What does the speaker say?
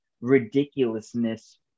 ridiculousness